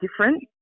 different